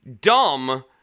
dumb